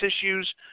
issues